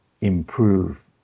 improve